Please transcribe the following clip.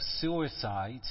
suicide